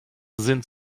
sind